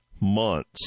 months